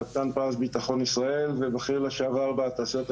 חתן פרס ביטחון ישראל ובכיר לשעבר בתעשיות הביטחוניות.